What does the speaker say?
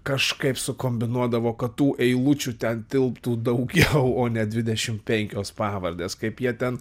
kažkaip sukombinuodavo kad tų eilučių ten tilptų daugiau o ne dvidešim penkios pavardės kaip jie ten